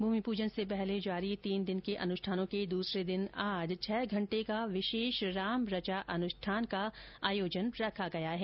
भूमि पूजन से पहले जारी तीन दिन के अनुष्ठानों के दूसरे दिन आज छह घंटे का विशेष राम रचा अनुष्ठान का आयोजन किया गया है